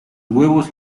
huevos